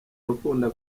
udakunda